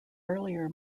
earlier